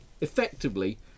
effectively